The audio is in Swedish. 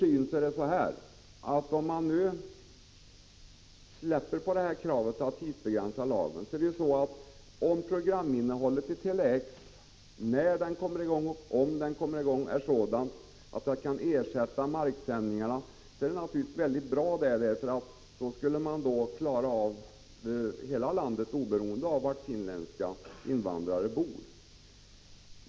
Vi ser det så här: Om man nu släpper kravet att tidsbegränsa lagen, är det naturligtvis bra om programinnehållet i | Tele-X-sändningarna — om och när de kommer i gång — är sådant att dessa sändningar kan ersätta marksändningarna. Då skulle man ju kunna klara av att täcka hela landet oberoende av var finländska invandrare bor.